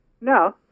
No